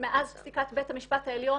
מאז פסיקת בית המשפט העליון